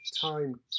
time